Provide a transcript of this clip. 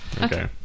okay